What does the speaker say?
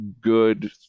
good